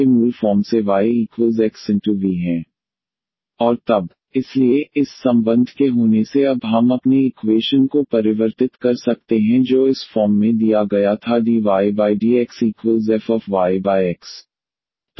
और तब dydxvxdvdx vxdvdxfv इसलिए इस संबंध के होने से अब हम अपने इक्वेशन को परिवर्तित कर सकते हैं जो इस फॉर्म में दिया गया था dydxfyx